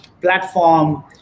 platform